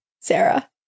Sarah